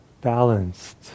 balanced